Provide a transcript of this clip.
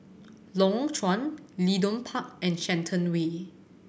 Lorong Chuan Leedon Park and Shenton Way